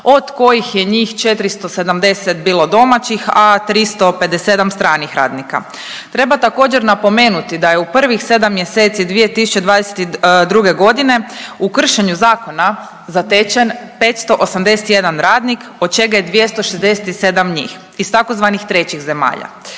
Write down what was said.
od kojih je njih 470 bilo domaćih, a 357 stranih radnika. Treba također napomenuti da je u prvih 7 mjeseci 2022.g. u kršenju zakona zatečen 581 radnik od čega je 267 njih iz tzv. trećih zemalja.